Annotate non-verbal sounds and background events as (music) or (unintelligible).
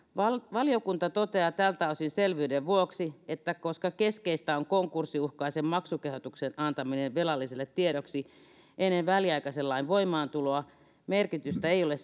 valiokunta toteaa tältä osin selvyyden vuoksi että koska keskeistä on konkurssiuhkaisen maksukehotuksen antaminen velalliselle tiedoksi ennen väliaikaisen lain voimaantuloa merkitystä ei ole (unintelligible)